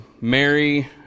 Mary